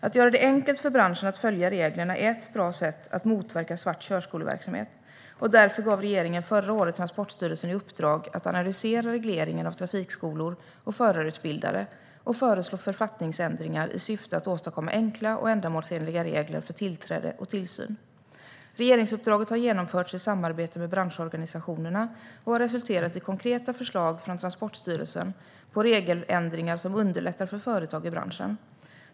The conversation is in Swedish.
Att göra det enkelt för branschen att följa reglerna är ett bra sätt att motverka svart körskoleverksamhet, och därför gav regeringen förra året Transportstyrelsen i uppdrag att analysera regleringen av trafikskolor och förarutbildare och föreslå författningsändringar i syfte att åstadkomma enkla och ändamålsenliga regler för tillträde och tillsyn. Regeringsuppdraget har genomförts i samarbete med branschorganisationerna och har resulterat i konkreta förslag från Transportstyrelsen på regeländringar som underlättar för företag i branschen.